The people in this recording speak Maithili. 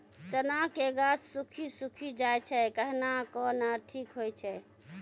चना के गाछ सुखी सुखी जाए छै कहना को ना ठीक हो छै?